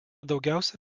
daugiausia